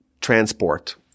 transport